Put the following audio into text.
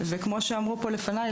וכמו שאמרו פה לפניי,